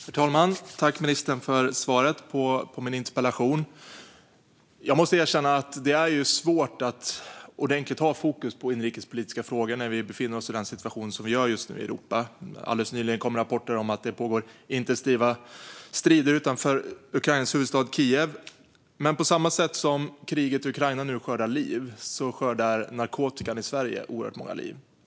Herr talman! Tack, ministern, för svaret på min interpellation! Jag måste erkänna att det är svårt att ha ordentligt fokus på inrikespolitiska frågor när vi befinner oss i den situation som vi gör just nu i Europa. Alldeles nyligen kom rapporter om att det pågår intensiva strider utanför Ukrainas huvudstad Kiev. Men på samma sätt som kriget i Ukraina nu skördar liv skördar narkotikan i Sverige oerhört många liv.